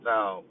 Now